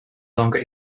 longer